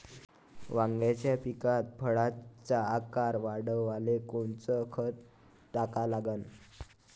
वांग्याच्या पिकात फळाचा आकार वाढवाले कोनचं खत टाका लागन?